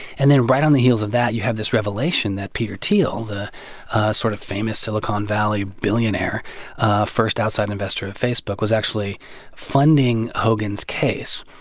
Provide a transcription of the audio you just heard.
and then right on the heels of that, you had this revelation that peter thiel, the sort of famous silicon valley billionaire first outside investor of facebook was actually funding hogan's case,